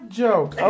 joke